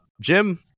Jim